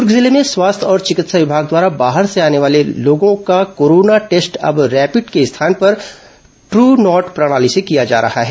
दुर्ग जिले में स्वास्थ्य और चिकित्सा विभाग द्वारा बाहर से आने वाले लोगों का कोरोना टेस्ट अब रैपिड को स्थान पर ट्रू नॉट प्रणाली से किया जा रहा है